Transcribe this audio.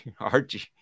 Archie